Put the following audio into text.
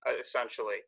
essentially